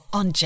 on